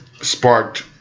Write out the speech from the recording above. sparked